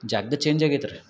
ಜಗ್ಗ್ change ಆಗೈತೆ ರೀ